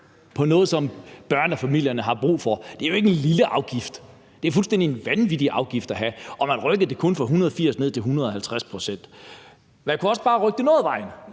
på noget, som børnefamilierne har brug for. Det er jo ikke en lille afgift. Det er en fuldstændig vanvittig afgift at have, og man satte den kun ned fra 180 til 150 pct. Man kunne også bare rykke den noget af vejen.